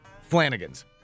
Flanagan's